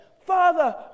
Father